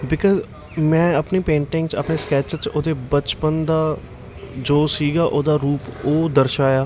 because ਮੈਂ ਆਪਣੀ painting 'ਚ ਆਪਣੇ ਸਕੈਚ 'ਚ ਉਹਦੇ ਬਚਪਨ ਦਾ ਜੋ ਸੀਗਾ ਉਹਦਾ ਰੂਪ ਉਹ ਦਰਸਾਇਆ